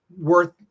worth